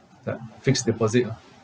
like fixed deposit ah